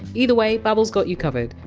either way, babbel! s got you covered.